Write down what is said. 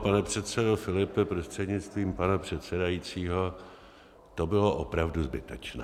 Pane předsedo Filipe prostřednictvím pana předsedajícího, to bylo opravdu zbytečné.